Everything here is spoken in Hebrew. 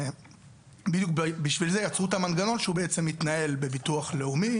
בדיוק בשביל זה יצרו את המנגנון שהוא בעצם מתנהל בביטוח לאומי.